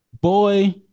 boy